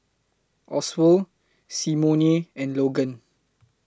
Oswald Simone and Logan